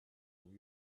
new